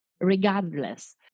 Regardless